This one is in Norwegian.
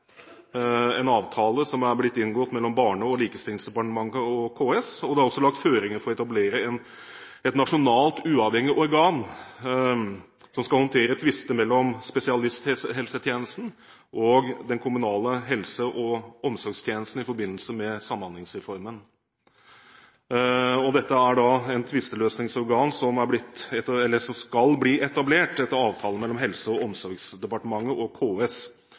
en avtale som er blitt inngått mellom Barne- og likestillingsdepartementet og KS. Det er også lagt føringer for å etablere et nasjonalt uavhengig organ som skal håndtere tvister mellom spesialisthelsetjenesten og den kommunale helse- og omsorgstjenesten i forbindelse med Samhandlingsreformen. Dette er et tvisteløsningsorgan som skal etableres, etter avtale mellom Helse- og omsorgsdepartementet og KS,